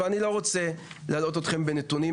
אבל אני לא רוצה להלאות אתכם בנתונים.